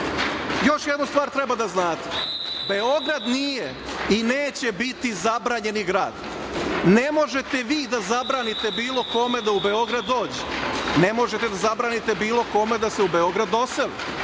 jednu stvar treba da znate. Beograd nije i neće biti zabranjeni grad. Ne možete vi da zabranite bilo kome da u Beograd dođe. Ne možete da zabranite bilo kome da se u Beograd doseli.